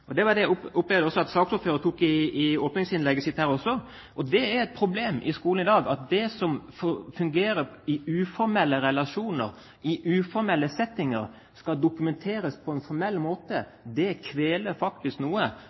Det var det jeg opplevde at saksordføreren sa i åpningsinnlegget sitt her også. Det er et problem i skolen i dag at det som fungerer i uformelle relasjoner, i uformelle settinger, skal dokumenteres på en formell måte. Det kveler faktisk